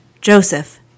Joseph